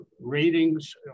ratings